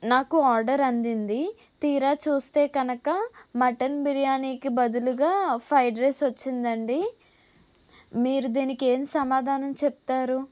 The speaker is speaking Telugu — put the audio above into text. నాకు ఆర్డర్ అందింది తీరా చూస్తే కనక మటన్ బిర్యానీకి బదులుగా ఫ్రైడ్ రైస్ వచ్చింది అండి మీరు దీనికి ఏమి సమాధానం చెప్తారు